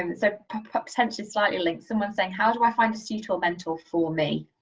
and so potentially slightly linked, someone's saying how do i find a suitable mentor for me?